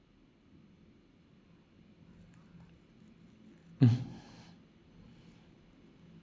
mm